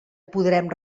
podrem